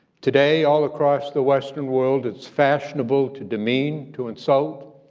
today all across the western world, it's fashionable to demean, to insult,